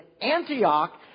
Antioch